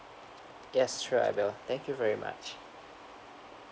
yes sure I will thank you very much